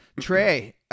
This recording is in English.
Trey